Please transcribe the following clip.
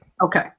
Okay